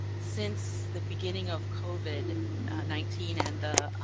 since the beginning of covid nineteen and the